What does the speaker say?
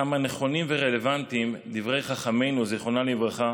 כמה נכונים ורלוונטיים דברי חכמינו זיכרונם לברכה: